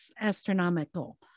astronomical